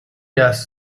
das